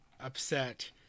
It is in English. upset